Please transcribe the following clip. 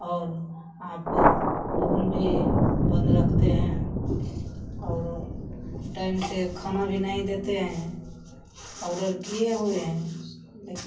और आप फ़ोन भी बन्द रखते हैं और टाइम से खाना भी नहीं देते हैं ऑर्डर किए हुए हैं लेकिन